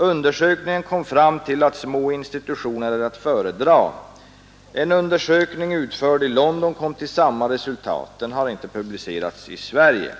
Undersökningen kom fram till att små institutioner är att föredra. En undersökning utförd i London kom till samma resultat. Den har inte publicerats i Sverige.